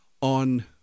on